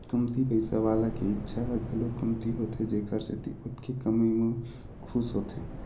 कमती पइसा वाला के इच्छा ह घलो कमती होथे जेखर सेती ओतके कमई म खुस होथे